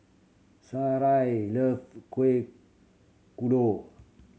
Sarai love Kuih Kodok